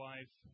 Life